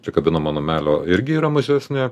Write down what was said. čia kabinamo namelio irgi yra mažesnė